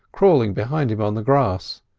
crawling behind him on the grass,